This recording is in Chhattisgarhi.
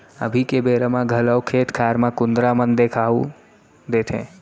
अभी के बेरा म घलौ खेत खार म कुंदरा मन देखाउ देथे